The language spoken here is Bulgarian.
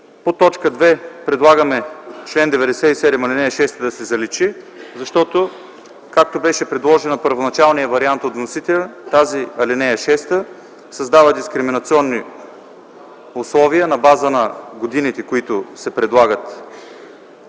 В т. 2 предлагаме в чл. 97 ал. 6 да се заличи. Защото, както беше предложена в първоначалния вариант от вносителя, тази ал. 6 създава дискриминационни условия на база на годините, които се предлагат